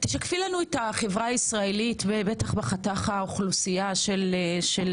תשקפי לנו את החברה הישראלית ובייחוד בחתך האוכלוסייה של